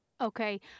Okay